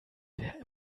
wer